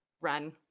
Run